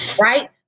right